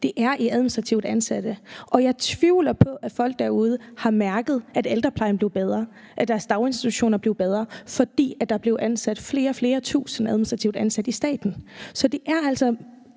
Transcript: antallet af administrativt ansatte, og jeg tvivler på, at folk derude har mærket, at ældreplejen blev bedre, eller at deres daginstitutioner blev bedre, fordi der blev ansat flere tusindvis administrativt ansatte i staten. Det er ikke